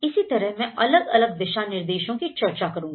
इसी तरह मैं अलग अलग दिशा निर्देशों की चर्चा करूंगा